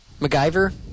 MacGyver